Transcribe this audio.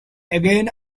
again